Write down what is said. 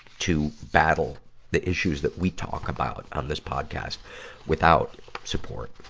to battle the issues that we talk about on this podcast without support.